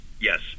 Yes